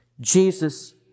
Jesus